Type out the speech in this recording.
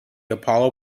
apollo